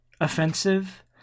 offensive